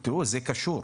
זה קשור.